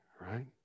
Right